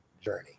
journey